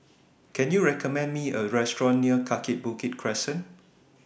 Can YOU recommend Me A Restaurant near Kaki Bukit Crescent